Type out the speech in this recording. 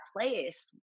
place